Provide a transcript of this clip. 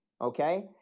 Okay